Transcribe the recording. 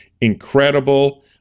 incredible